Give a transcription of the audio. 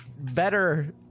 better